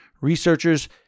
Researchers